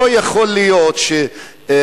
לא יכול להיות שבמקצוע,